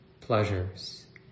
pleasures